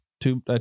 two